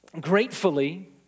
Gratefully